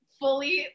fully